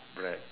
bread